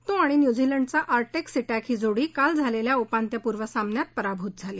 तो आणि न्युझीलंडचा आटेम सिटक्त ही जोडी काल झालेल्या उपांत्यपूर्व सामन्यात पराभूत झाली